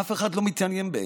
אף אחד לא מתעניין בהם,